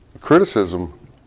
criticism